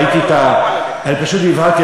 אני פשוט נבהלתי.